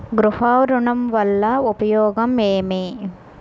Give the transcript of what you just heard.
గృహ ఋణం వల్ల ఉపయోగం ఏమి?